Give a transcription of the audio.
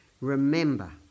Remember